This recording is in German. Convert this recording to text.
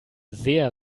sehr